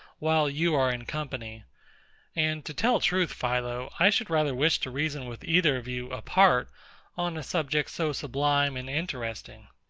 while you are in company and to tell truth, philo, i should rather wish to reason with either of you apart on a subject so sublime and interesting.